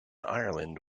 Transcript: ireland